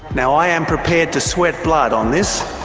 now, i am prepared to sweat blood on this.